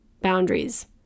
Boundaries